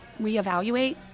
Reevaluate